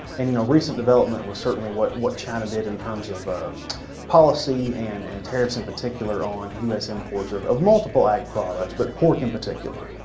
and you know recent development was certainly what what china did in terms of ah policy and and tariffs in particular on u s. imports of of multiple ag products. but pork in particular.